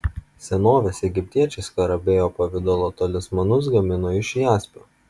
senovės egiptiečiai skarabėjo pavidalo talismanus gamino iš jaspio